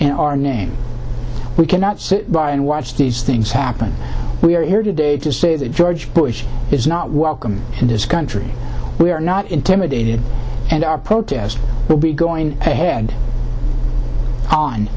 in our name we cannot sit by and watch these things happen we are here today to say that george bush is not welcome in this country we are not intimidated and our protest will be going